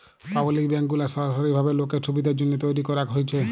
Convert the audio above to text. public bank গুলা সরকারি ভাবে লোকের সুবিধের জন্যহে তৈরী করাক হয়েছে